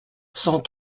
cent